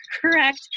correct